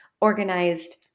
organized